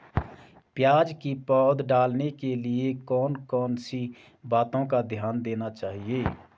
प्याज़ की पौध डालने के लिए कौन कौन सी बातों का ध्यान देना चाहिए?